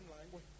language